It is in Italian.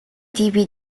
tipi